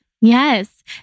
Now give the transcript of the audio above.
Yes